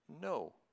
no